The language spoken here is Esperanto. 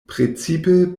precipe